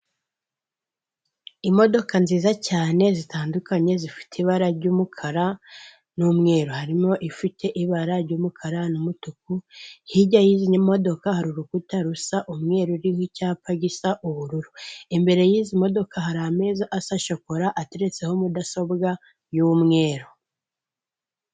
Imodoka nziza cyane zitandukanye zifite ibara ry'umukara n'umweru. Harimo ifite ibara ry'umukara n'umutuku, hirya y'izi modoka hari urukuta rusa umweru ruriho icyapa gisa ubururu. Imbere y'izi modoka hari ameza asa shokora, ateretseho mudasobwa y'umweru.